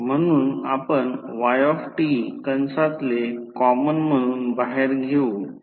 तर या प्रकरणात हे I2 I2 R e j Xe आणि ही व्होल्टेज आहे